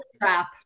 trap